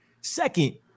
Second